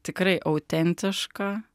tikrai autentišką